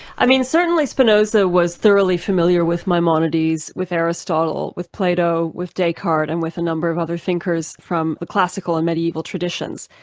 i mean certainly spinoza was thoroughly familiar with maimonides, with aristotle, with plato, with descartes, and with a number of other thinkers thinkers from the classical and medieval traditions.